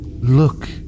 look